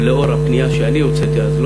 ולאור הפנייה שאני הוצאתי אז,